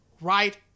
right